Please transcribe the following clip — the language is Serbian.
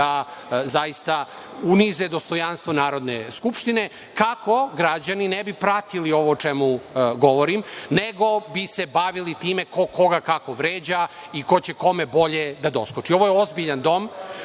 da zaista unize dostojanstvo Narodne skupštine, kako građani ne bi pratili ovo o čemu govorim, nego bi se bavili time ko, koga, kako vređa i ko će kome bolje da doskoči. Ovo je ozbiljan dom,